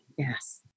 Yes